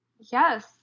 Yes